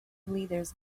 leaders